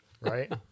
Right